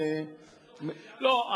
לא,